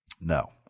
No